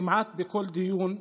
כמעט בכל דיון,